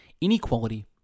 inequality